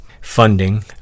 funding